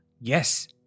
Yes